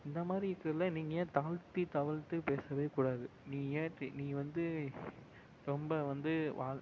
இந்த மாதிரி இருக்குறதில் நீங்கள் ஏன் தாழ்த்தி தாவழ்த்து பேசவேக்கூடாது நீ ஏன் நீ வந்து ரொம்ப வந்து வால்